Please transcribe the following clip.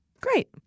Great